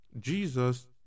Jesus